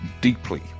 deeply